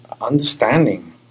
understanding